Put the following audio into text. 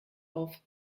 auf